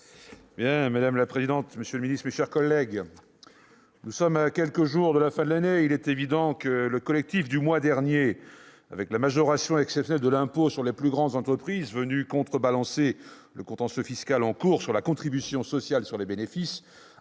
Bocquet. Madame la présidente, monsieur le ministre, mes chers collègues, nous sommes à quelques jours de la fin de l'année, et il est évident que le collectif du mois dernier, avec la majoration exceptionnelle de l'impôt sur les plus grandes entreprises, venue contrebalancer le contentieux fiscal en cours relatif à la contribution sociale sur les bénéfices,